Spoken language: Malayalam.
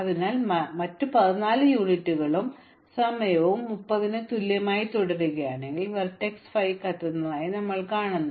അതിനാൽ നിങ്ങൾ മറ്റ് 14 യൂണിറ്റുകളും മറ്റ് 14 യൂണിറ്റ് സമയങ്ങളും 30 ന് തുല്യമായി തുടരുകയാണെങ്കിൽ വെർട്ടെക്സ് 5 കത്തുന്നതായി ഞങ്ങൾ കാണുന്നു